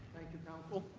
thank you, counsel.